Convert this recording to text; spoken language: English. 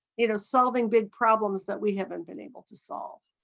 you know solving big problems that we haven't been able to solve?